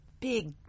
big